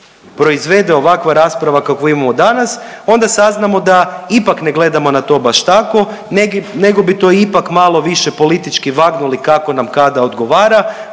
proizvede ovakva rasprava kakvu imamo danas, onda saznamo da ipak ne gledamo to baš tako nego bi to ipak malo više politički vagnuli kako nam kada odgovara,